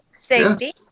Safety